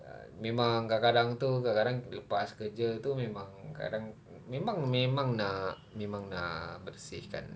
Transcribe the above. uh memang kadang-kadang tu kadang-kadang lepas kerja tu memang kadang memang memang nak memang nak bersihkan